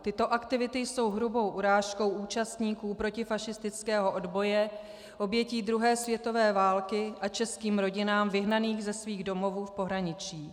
Tyto aktivity jsou hrubou urážkou účastníků protifašistického odboje, obětí druhé světové války a českých rodin vyhnaných ze svých domovů v pohraničí.